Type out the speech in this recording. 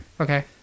Okay